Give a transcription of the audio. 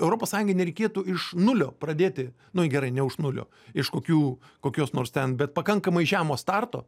europos sąjungai nereikėtų iš nulio pradėti nu gerai ne už nulio iš kokių kokios nors ten bet pakankamai žemo starto